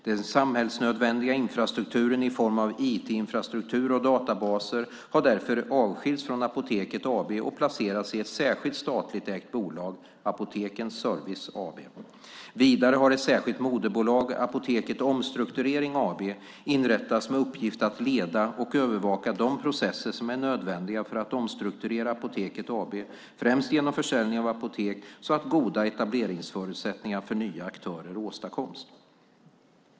Den samhällsnödvändiga infrastrukturen i form av IT-infrastruktur och databaser har därför avskiljts från Apoteket AB och placerats i ett särskilt statligt ägt bolag, Apotekens Service AB. Vidare har ett särskilt moderbolag, Apoteket Omstrukturering AB, inrättats med uppgift att leda och övervaka de processer som är nödvändiga för att omstrukturera Apoteket AB, främst genom försäljning av apotek, så att goda etableringsförutsättningar för nya aktörer åstadkoms.